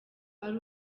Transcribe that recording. ari